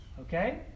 Okay